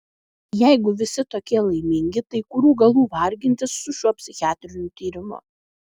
jeigu visi tokie laimingi tai kurių galų vargintis su šiuo psichiatriniu tyrimu